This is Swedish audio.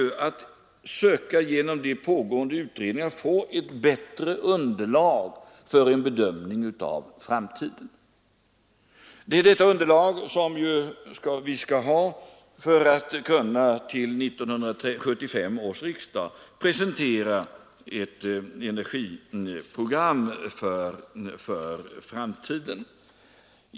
Genom de pågående utredningarna försöker vi få ett bättre underlag för en bedömning av framtiden. Detta underlag måste vi ha för att för 1975 års riksdag kunna presentera ett energiprogram för framtiden.